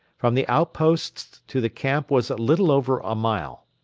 from the outposts to the camp was a little over a mile.